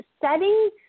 setting